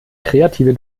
kreative